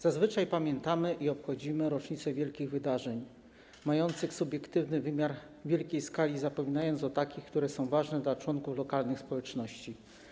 Zazwyczaj pamiętamy i obchodzimy rocznice wielkich wydarzeń, mających subiektywny wymiar wielkiej skali, zapominając o takich, które są ważne dla członków lokalnych społeczności.